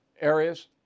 areas